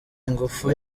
ingufu